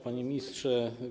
Panie Ministrze!